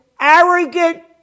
Arrogant